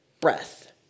breath